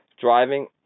Driving